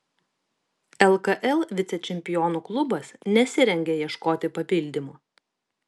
lkl vicečempionų klubas nesirengia ieškoti papildymo